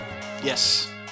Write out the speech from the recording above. Yes